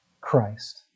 Christ